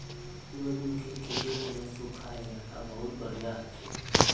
सूरजमुखीर खेतीर तने सुखा इलाका बहुत बढ़िया हछेक